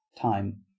time